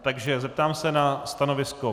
Takže zeptám se na stanovisko.